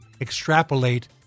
extrapolate